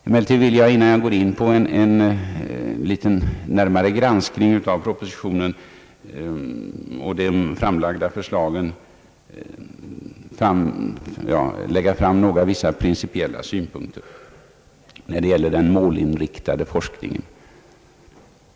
Emellertid vill jag, innan jag går in på en närmare granskning av propositionen och de framlagda förslagen, anföra vissa principiella synpunkter när det gäller den målinriktade forskningen.